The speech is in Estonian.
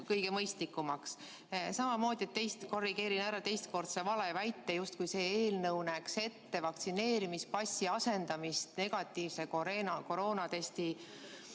kõige mõistlikumaks. Samamoodi korrigeerin ära teise valeväite, justkui näeks see eelnõu ette vaktsineerimispassi asendamist negatiivse kiirtesti